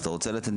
אתה רוצה לומר